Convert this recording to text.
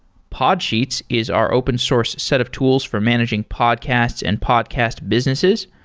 podsheets is our open source set of tools for managing podcasts and podcast businesses.